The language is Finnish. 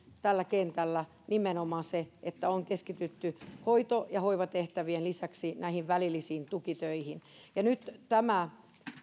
tällä kentällä nimenomaan se että on keskitytty hoito ja hoivatehtävien lisäksi näihin välillisiin tukitöihin ja nyt tämä